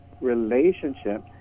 relationship